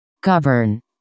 Govern